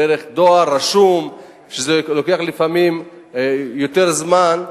דרך דואר רשום, וזה לוקח לפעמים יותר זמן.